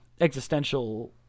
existential